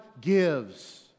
gives